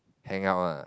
hang out lah